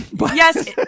Yes